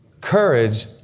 Courage